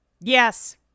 Yes